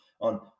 on